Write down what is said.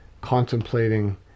contemplating